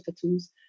tattoos